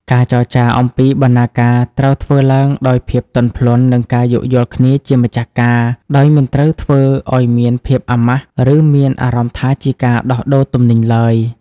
ការចរចាអំពីបណ្ណាការត្រូវធ្វើឡើងដោយភាពទន់ភ្លន់ និងការយោគយល់គ្នាជាម្ចាស់ការ ដោយមិនត្រូវធ្វើឱ្យមានភាពអាម៉ាស់ ឬមានអារម្មណ៍ថាជាការដោះដូរទំនិញឡើយ។